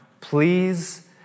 please